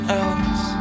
else